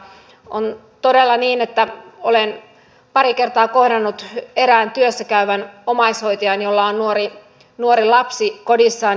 on todella niin että olen pari kertaa kohdannut erään työssäkäyvän omaishoitajan jolla on nuori lapsi kodissaan